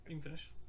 finish